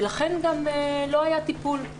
ולכן גם לא היה טיפול,